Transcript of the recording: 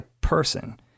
person